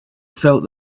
felt